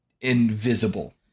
invisible